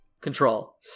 control